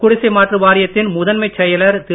குடிசை மாற்று வாரியத்தின் முதன்மை செயலர் திரு